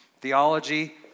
theology